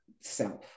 self